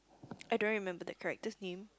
I don't remember the character's name